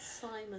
Simon